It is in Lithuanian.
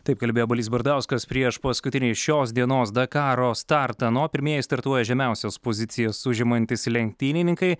taip kalbėjo balys bardauskas prieš paskutinį šios dienos dakaro startą na o pirmieji startuoja žemiausias pozicijas užimantys lenktynininkai